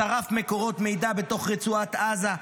שרף מקורות מידע בתוך רצועת עזה,